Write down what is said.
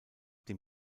dem